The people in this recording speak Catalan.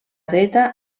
dreta